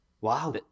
Wow